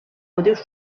motius